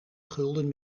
gulden